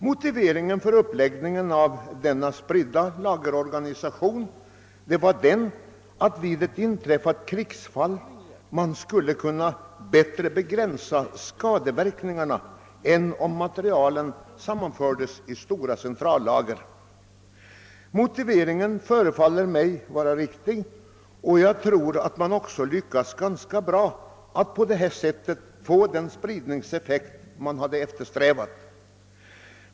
Motiveringen för uppläggningen av denna spridda lagerorganisation är att man vid ett inträffat krigsfall skulle kunna bättre begränsa skadeverkningarna än om materielen sammanfördes i stora centrallager. Denna motivering förefaller mig vara riktig, och jag tror att man också lyckats ganska bra med att på detta sätt få den spridningseffekt som man eftersträvat.